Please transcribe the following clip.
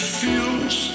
feels